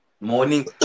Morning